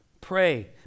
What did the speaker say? Pray